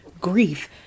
grief